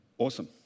Awesome